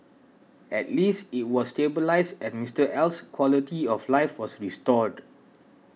at least it was stabilised and Mister L's quality of life was restored